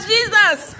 Jesus